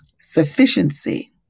sufficiency